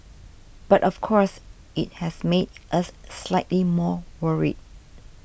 but of course it has made us slightly more worried